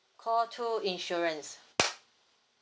call two insurance